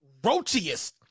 roachiest